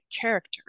character